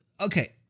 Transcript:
Okay